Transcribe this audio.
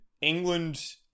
England